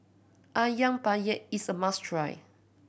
Ayam Penyet is a must try